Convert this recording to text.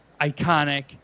iconic